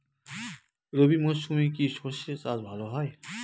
রবি মরশুমে কি সর্ষে চাষ ভালো হয়?